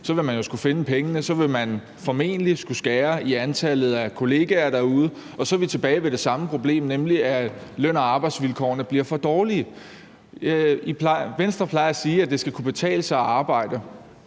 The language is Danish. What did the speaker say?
vil man jo skulle finde pengene; så vil man formentlig skulle skære i antallet af kollegaer derude, og så er vi tilbage ved det samme problem, nemlig at løn- og arbejdsvilkårene bliver for dårlige. Venstre plejer at sige, at det skal kunne betale sig at arbejde.